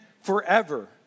forever